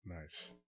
Nice